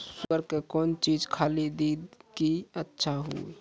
Sugar के कौन चीज खाली दी कि अच्छा हुए?